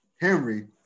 Henry